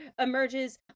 emerges